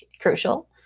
crucial